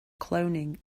cloning